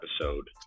episode